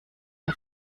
der